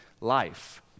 life